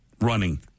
running